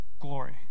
glory